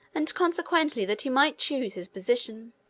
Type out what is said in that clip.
and, consequently, that he might choose his position.